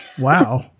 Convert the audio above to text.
Wow